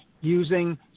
using